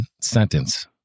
sentence